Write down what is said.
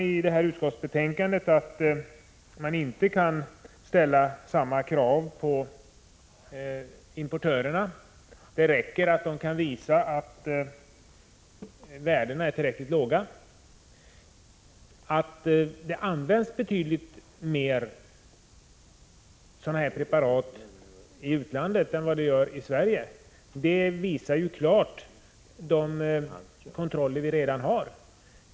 I utskottsbetänkandet sägs att man inte kan ställa samma krav på importörerna, utan att det räcker att de kan visa att värdena är tillräckligt låga. Att det används betydligt fler sådana preparat i utlandet än vad som görs i Sverige framgår ju klart av de kontroller som redan görs.